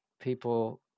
people